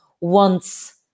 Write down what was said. wants